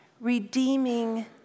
redeeming